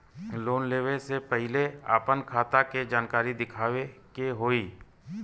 Loan लेवे से पहिले अपने खाता के जानकारी दिखावे के होई?